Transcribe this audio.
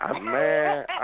Man